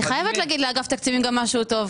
אני חייבת להגיד לאגף תקציבים גם משהו טוב.